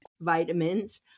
vitamins